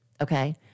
Okay